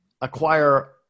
acquire